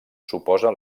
suposa